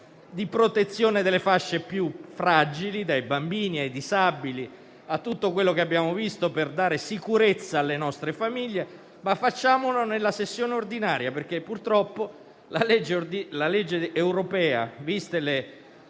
di protezione delle fasce più fragili (dai bambini ai disabili e a tutto quello che abbiamo visto), per dare sicurezza alle nostre famiglie. Facciamolo però nella sessione ordinaria, perché purtroppo la legge europea, viste le